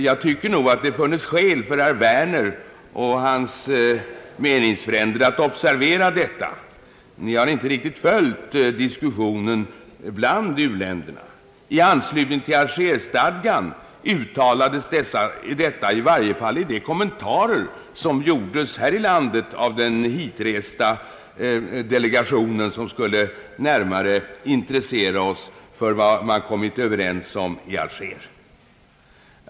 Jag tycker nog att det funnes skäl för herr Werner och hans meningsfränder att observera detta. Ni har inte riktigt följt diskussionen bland u-länderna. I anslutning till Alger-stadgan uttalades detta, i varje fall i de kommentarer som gjordes här i landet av den hitresta delegationen som skulle närmare intressera regeringen för vad man kommit överens om i Alger.